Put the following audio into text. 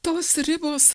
tos ribos